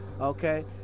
okay